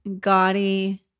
gaudy